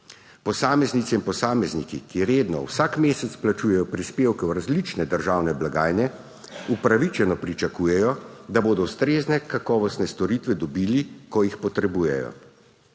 Posameznice in posamezniki, ki redno vsak mesec plačujejo prispevke v različne državne blagajne, upravičeno pričakujejo, da bodo ustrezne, kakovostne storitve dobili, ko jih potrebujejo.